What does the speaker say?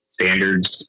standards